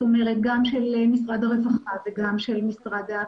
זאת אומרת גם של משרד הרווחה, גם של משרד הפנים,